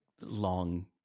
long